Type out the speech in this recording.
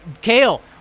Kale